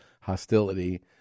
hostility